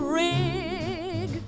rig